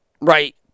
right